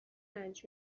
رنج